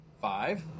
Five